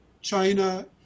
China